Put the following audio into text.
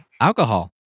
alcohol